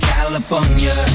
California